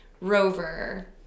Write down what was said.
rover